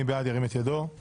מי בעד מיזוג הצעות החוק?